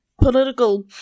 political